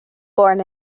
born